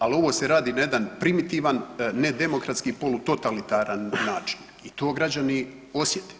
Ali ovo se radi na jedan primitivan, nedemokratski polu totalitaran način i to građani osjete.